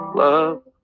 love